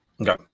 Okay